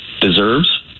deserves